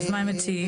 אז מה הם מציעים?